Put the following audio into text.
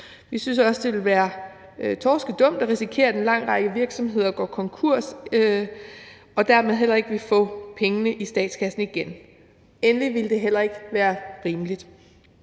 Vi synes også, det ville være torskedumt at risikere, at en lang række virksomheder går konkurs, og at vi dermed heller ikke ville få pengene ind i statskassen igen. Endelig ville det heller ikke være rimeligt.